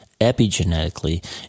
epigenetically